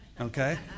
Okay